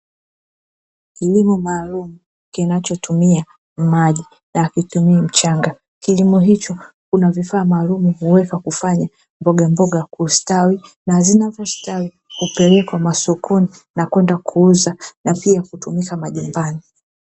Kilimo maalumu kinachotumia maji na hakitumii mchanga, kilimo hicho kuna vifaa maalumu huweza kufanya mbogamboga kustawi, na zinapostawi hupelekwa masokoni na kwenda kuuza na pia kutumika majumbani.